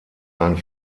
ein